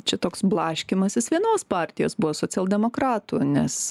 čia toks blaškymasis vienos partijos buvo socialdemokratų nes